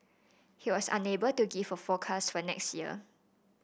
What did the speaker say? he was unable to give a forecast for next year